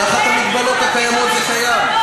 תחת המגבלות הקיימות זה קיים.